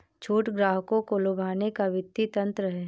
छूट ग्राहकों को लुभाने का वित्तीय तंत्र है